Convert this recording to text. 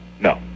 No